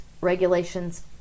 regulations